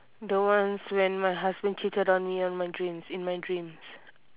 the ones when my husband cheated on me on my dreams in my dreams